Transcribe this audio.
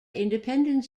independent